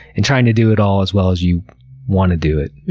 and trying to do it all as well as you want to do it.